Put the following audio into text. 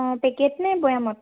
অঁ পেকেট নে বৈয়ামত